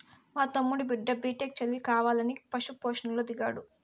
మా తమ్ముడి బిడ్డ బిటెక్ చదివి కావాలని పశు పోషణలో దిగాడు